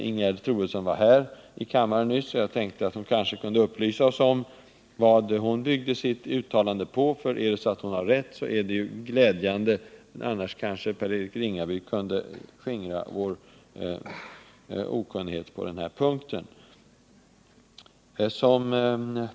Ingegerd Troedsson var här i kammaren nyss, och jag tänkte då att hon kanske kunde upplysa oss om vad hon byggde sitt uttalande på, för är det så att hon har rätt är det ju glädjande, men eftersom hon inte är här just nu kanske i stället Per-Eric Ringaby kan skingra vår okunnighet på den här punkten.